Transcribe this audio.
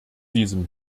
diesem